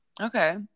okay